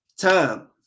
Time